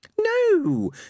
No